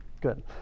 Good